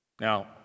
Now